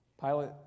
Pilate